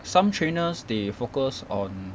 some trainers they focus on